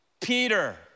Peter